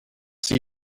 see